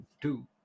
two